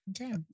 Okay